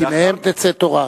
כי מהם תצא תורה.